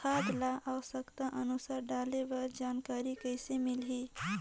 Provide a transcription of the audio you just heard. खाद ल आवश्यकता अनुसार डाले बर जानकारी कइसे मिलही?